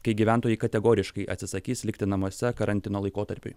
kai gyventojai kategoriškai atsisakys likti namuose karantino laikotarpiui